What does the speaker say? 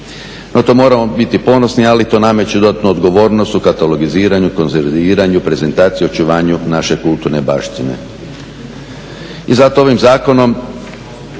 Na to moramo biti ponosni, ali to nameće dodatnu odgovornost u katalogiziranju, konzerviranju, prezentaciji i očuvanju naše kulturne baštine. I zato ovim zakonom